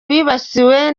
bibasiwe